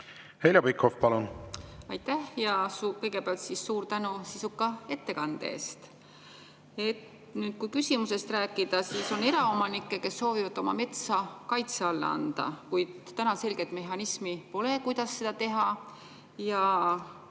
Heljo Pikhof, palun! Aitäh! Kõigepealt suur tänu sisuka ettekande eest! Kui küsimusest rääkida, siis on eraomanikke, kes soovivad oma metsa kaitse alla anda, kuid täna pole selget mehhanismi, kuidas seda teha.